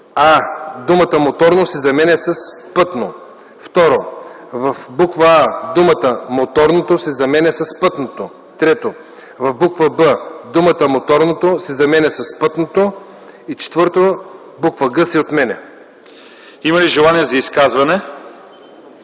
Има ли желание за изказване?